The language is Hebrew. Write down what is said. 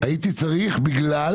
הייתי צריך בגלל